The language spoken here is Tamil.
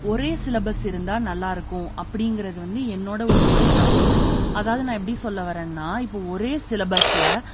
ஒரே சிலபஸ் இருந்தால் நல்லா இருக்கும் அப்படிங்கிறது வந்து என்னோடய ஒரு பாயிண்ட் ஆஃப் வியூ அதாவது நான் எப்படி சொல்ல வரேன்னால் இப்போ ஒரே சிலபஸில்